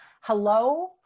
Hello